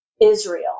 Israel